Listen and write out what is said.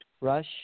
Rush